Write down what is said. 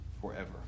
forever